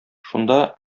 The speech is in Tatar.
шунда